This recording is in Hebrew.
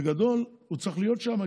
בגדול הוא צריך להיות שם.